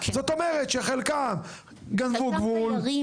זאת אומרת, שחלקם גנבו גבול --- ישנם תיירים